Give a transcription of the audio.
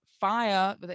fire